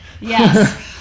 Yes